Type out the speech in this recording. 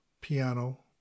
piano